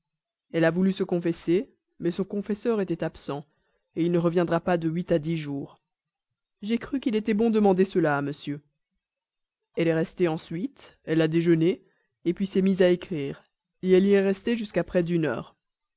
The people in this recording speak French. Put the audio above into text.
elle a voulu se confesser mais son confesseur était absent il ne reviendra pas de huit à dix jours j'ai cru qu'il était bon de mander cela à monsieur elle est rentrée ensuite elle a déjeuné puis elle s'est mise à écrire elle y est restée jusqu'à près d'une heure